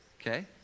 Okay